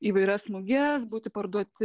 įvairias muges būti parduoti